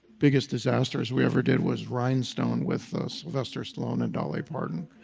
biggest disasters we ever did was rhinestone with sylvester stallone and dolly parton.